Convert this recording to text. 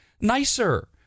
nicer